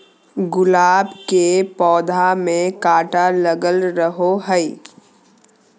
गुलाब के पौधा में काटा लगल रहो हय